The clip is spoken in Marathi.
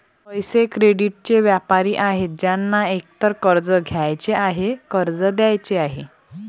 पैसे, क्रेडिटचे व्यापारी आहेत ज्यांना एकतर कर्ज घ्यायचे आहे, कर्ज द्यायचे आहे